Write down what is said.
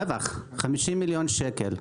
רווח של 50 מיליון שקל.